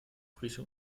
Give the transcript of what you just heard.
frische